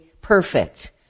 perfect